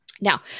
Now